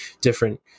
different